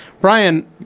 Brian